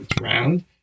round